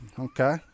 Okay